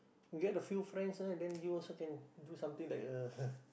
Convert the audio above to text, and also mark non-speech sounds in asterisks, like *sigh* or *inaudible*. get a few friends ah then you also can do something like a *laughs*